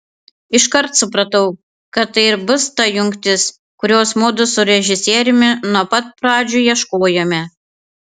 iškart supratau kad tai ir bus ta jungtis kurios mudu su režisieriumi nuo pat pradžių ieškojome